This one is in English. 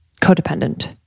codependent